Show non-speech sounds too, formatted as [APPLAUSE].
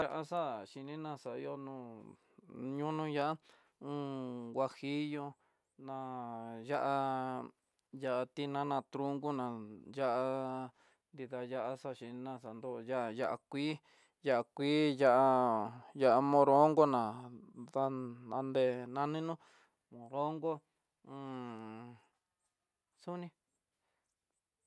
Daxa xhinina xa ihó no, ñono ihá [HESITATION] huajillo ná ya'á ya'á na tinana trunkuna, ya'á da ya'á xaxhí na xan dó ya'á ya'á, yá kuii ya'á, ya'á moronco, na ndandé naninó nroko [HESITATION] xoní.